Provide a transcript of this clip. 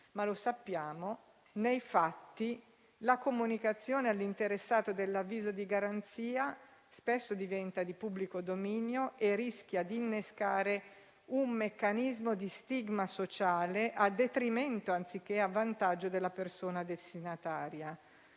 però che, nei fatti, la comunicazione all'interessato dell'avviso di garanzia spesso diventa di pubblico dominio e rischia di innescare un meccanismo di stigma sociale, a detrimento anziché a vantaggio della persona destinataria.